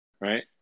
right